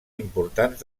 importants